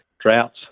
droughts